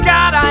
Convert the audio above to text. God